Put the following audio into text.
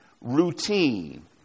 Routine